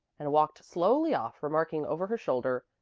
and walked slowly off, remarking over her shoulder,